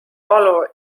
valu